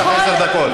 יש לך עשר דקות.